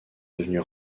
devenus